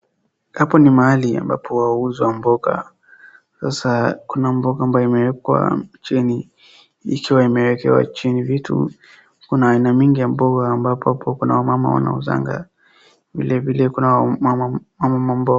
Hapo ni mahali ambapo wauza mboga. Sasa kuna mboga ambaye imewekwa chini ikiwa imewekewa chini vitu. Kuna aina mingi ya ambapo hapo kuna wamama wanauzanga. Vilevile kuna mama mboga.